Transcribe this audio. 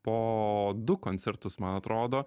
po du koncertus man atrodo